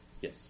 Yes